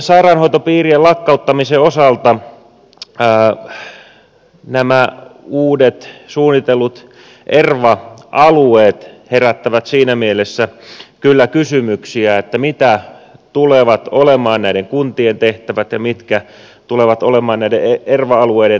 sairaanhoitopiirien lakkauttamisen osalta nämä uudet suunnitellut erva alueet herättävät siinä mielessä kyllä kysymyksiä mitkä tulevat olemaan näiden kuntien tehtävät ja mitkä tulevat olemaan näiden erva alueiden tehtävät